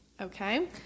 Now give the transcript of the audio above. Okay